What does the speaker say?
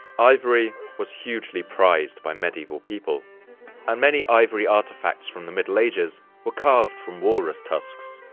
ivory was hugely prized by medieval people and many ivory artifacts from the middle ages were carved from walrus tusks.